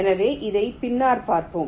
எனவே இதை பின்னர் பார்ப்போம்